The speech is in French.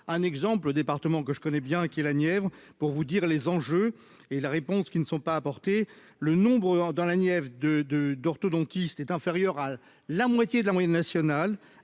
un exemple département que je connais bien, qui est la Nièvre pour vous dire les enjeux et la réponse qui ne sont pas le nombre, dans la Nièvre de de d'orthodontiste est inférieur à la la moitié de la moyenne nationale,